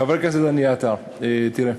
חבר הכנסת דניאל עטר, תראה,